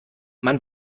man